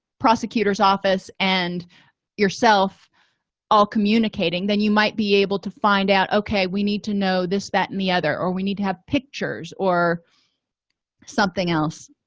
prosecutor's office and yourself all communicating then you might be able to find out okay we need to know this that in the other or we need to have pictures or something else